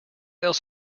else